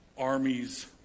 Armies